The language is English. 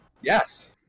Yes